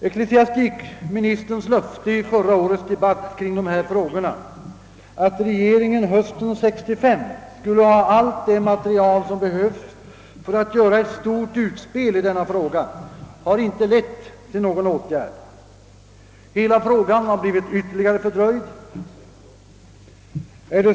Ecklesiastikministerns löfte i förra årets debatt om dessa frågor att regeringen hösten 1965 skulle ha allt det material som behövs för att göra ett stort utspel i denna fråga har inte lett till någon åtgärd. Hela frågan har blivit ytterligare fördröjd.